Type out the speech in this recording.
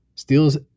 steals